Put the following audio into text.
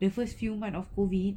the first few month of COVID